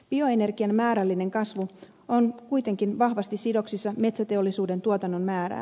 bioenergian määrällinen kasvu on kuitenkin vahvasti sidoksissa metsäteollisuuden tuotannon määrään